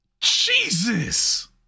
Jesus